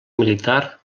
militar